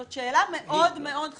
זו שאלה מאוד-מאוד חשובה.